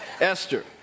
esther